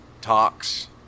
talks